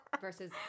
versus